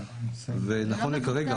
ונכון לכרגע,